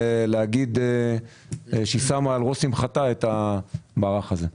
ולהגיד שהיא שמה על ראש שמחתה את המערך הזה.